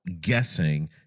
guessing